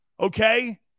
okay